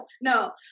no